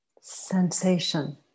sensation